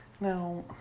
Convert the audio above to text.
Now